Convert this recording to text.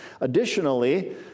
Additionally